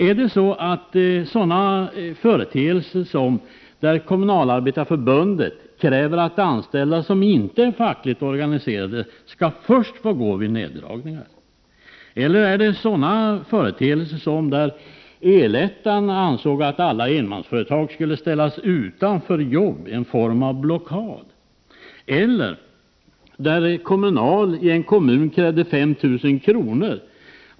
Är det sådana företeelser som att Kommunalarbetareförbundet kräver att anställda som inte är fackligt organiserade först skall få gå vid neddragningar? Eller är det sådana företeelser som när El-Ettan ansåg att alla enmansföretag skulle ställas utanför jobb, dvs. en form av blockad? Är det när Kommunal i en kommun kräver 5 000 kr.